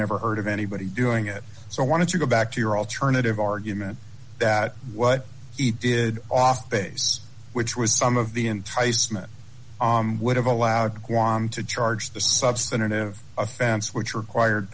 never heard of anybody doing it so i want to go back to your alternative argument that what he did off base which was some of the enticement would have allowed qualm to charge the substantive offense which required